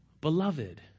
beloved